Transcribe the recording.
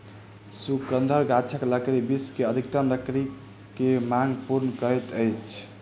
शंकुधर गाछक लकड़ी विश्व के अधिकतम लकड़ी के मांग पूर्ण करैत अछि